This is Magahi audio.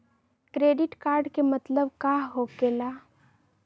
क्रेडिट कार्ड के मतलब का होकेला?